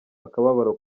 akababaro